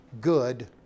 good